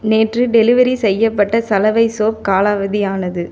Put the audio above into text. நேற்று டெலிவெரி செய்யப்பட்ட சலவை சோப் காலாவதி ஆனது